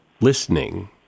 listening